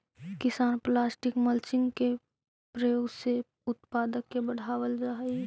किसान plastic mulching के प्रयोग से उत्पादक के बढ़ावल जा हई